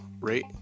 rate